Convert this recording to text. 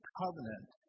covenant